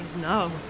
No